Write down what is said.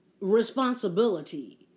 responsibility